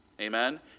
Amen